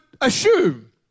assume